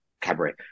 Cabaret